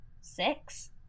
Six